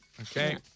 Okay